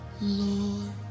Lord